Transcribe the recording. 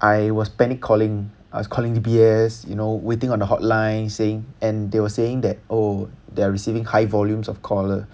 I was panic calling I was calling D_B_S you know waiting on the hotline saying and they were saying that oh they're receiving high volumes of caller